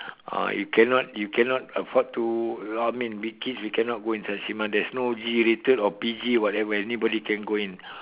ah you cannot you cannot afford to I mean we kids we cannot go inside the cinema there's no G rated or P_G whatever anybody can go in